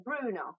Bruno